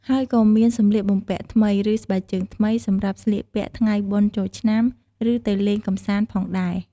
ហើយក៏មានសំលៀកបំពាក់ថ្មី ឬស្បែកជើងថ្មី សម្រាប់ស្លៀកពាក់ថ្ងៃបុណ្យចូលឆ្នាំ ឬទៅលេងកម្សាន្តផងដែរ។